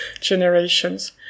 generations